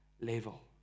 level